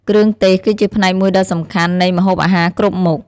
គ្រឿងទេស គឺជាផ្នែកមួយដ៏សំខាន់នៃម្ហូបអាហារគ្រប់មុខ។